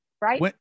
Right